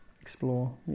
explore